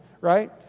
right